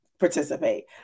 Participate